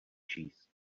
číst